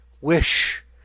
wish